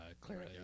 Clearly